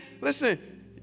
listen